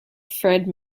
fred